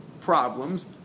problems